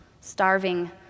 starving